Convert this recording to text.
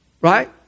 right